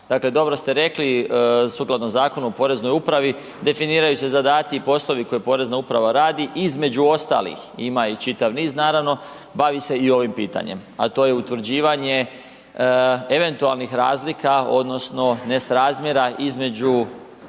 dobro ste rekli, sukladno Zakonu o Poreznoj upravi, definiraju se zadaci i poslovi koje Porezna uprava radi, između ostalih ima ih čitav niz naravno, bavi se i ovim pitanjem a to je utvrđivanje eventualnih razlika odnosno nesrazmjera između